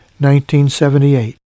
1978